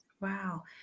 Wow